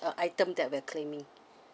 uh item that we're claiming